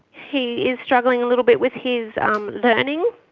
he is struggling a little bit with his um learning